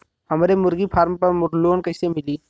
हमरे मुर्गी फार्म पर लोन कइसे मिली?